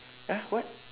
!huh! what